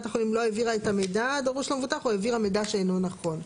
החולים לא העבירה את המידע הדרוש למבוטח או העבירה מידע שאינו נכון.